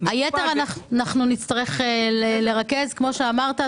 היתר אנחנו נצטרך לרכז, כמו שאמרת.